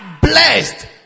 blessed